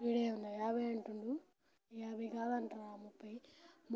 వీడు ఏమో యాభై అంటుండు యాభై కాదంటరా ముప్పై